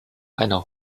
einer